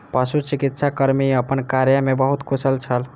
पशुचिकित्सा कर्मी अपन कार्य में बहुत कुशल छल